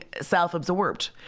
self-absorbed